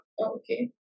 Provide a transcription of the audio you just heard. Okay